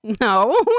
no